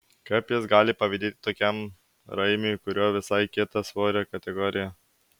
kaip jis gali pavydėti tokiam raimiui kurio visai kita svorio kategorija